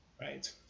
right